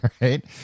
Right